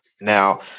Now